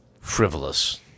frivolous